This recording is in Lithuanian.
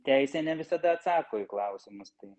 teisė ne visada atsako į klausimus tai